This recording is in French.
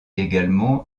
également